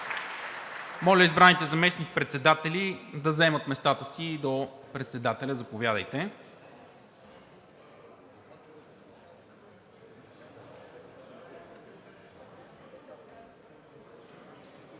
Моля избраните заместник-председатели да заемат местата си до председателя, заповядайте.